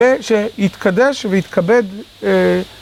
ושיתקדש ויתכבד.